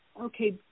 Okay